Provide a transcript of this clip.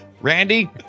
Randy